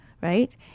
right